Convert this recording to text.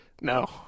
No